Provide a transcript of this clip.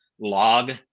log